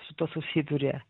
su tuo susiduria